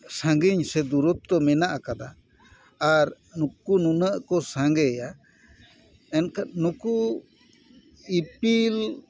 ᱥᱟᱺᱜᱤᱧ ᱥᱮ ᱫᱩᱨᱚᱛᱛᱚ ᱢᱮᱱᱟᱜ ᱟᱠᱟᱫᱟ ᱟᱨ ᱱᱩᱠᱩ ᱱᱩᱱᱟᱹᱜ ᱠᱚ ᱥᱟᱸᱜᱮᱭᱟ ᱮᱱᱠᱷᱟᱱ ᱱᱩᱠᱩ ᱤᱯᱤᱞ